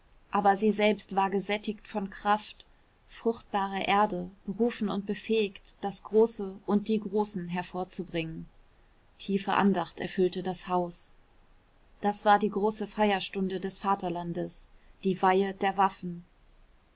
aber sie selbst war gesättigt von kraft fruchtbare erde berufen und befähigt das große und die großen hervorzubringen tiefe andacht erfüllte das haus das war die große feierstunde des vaterlandes die weihe der waffen